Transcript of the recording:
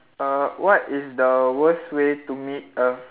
uh what is the worst way to meet a